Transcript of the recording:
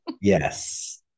Yes